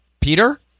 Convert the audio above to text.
Peter